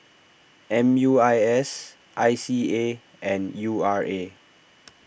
M U I S I C A and U R A